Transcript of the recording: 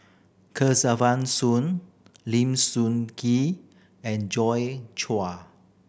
Kesavan Soon Lim Soon Ngee and Joi Chua